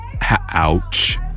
ouch